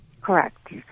Correct